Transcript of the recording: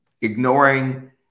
ignoring